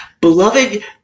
beloved